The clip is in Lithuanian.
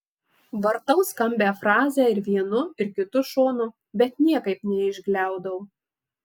vartau skambią frazę ir vienu ir kitu šonu bet niekaip neišgliaudau